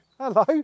Hello